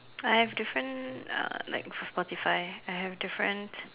I have different uh like Spotify I have different